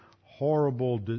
horrible